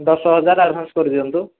ଦଶ ହଜାର ଆଡ଼ଭାନ୍ସ କରିଦିଅନ୍ତୁ